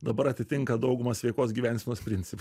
dabar atitinka daugumą sveikos gyvensenos princi